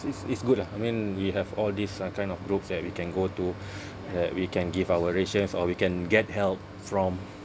it's it's good lah I mean we have all these uh kind of group that we can go to that we can give our rations or we can get help from